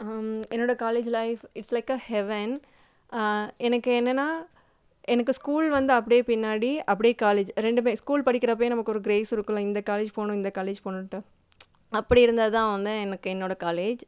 என்னோடய college life it's like a heaven எனக்கு என்னென்னா எனக்கு ஸ்கூல் வந்து அப்டே பின்னாடி அப்டே காலேஜ் ரெண்டுமே ஸ்கூல் படிக்கிறப்பயே நமக்கு ஒரு கிரேஸ் இருக்குமில்ல இந்த காலேஜ் போகணும் இந்த காலேஜ் போகணுன்ட்டு அப்படி இருந்ததுதான் வந்து எனக்கு என்னோடய காலேஜ்